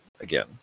again